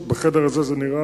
שילם צה"ל את הקנס שהושת עליו?